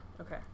Okay